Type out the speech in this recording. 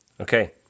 okay